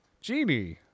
Genie